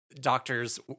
doctors